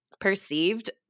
perceived